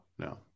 No